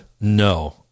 No